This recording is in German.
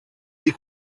die